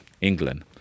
England